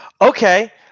Okay